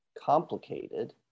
complicated